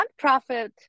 nonprofit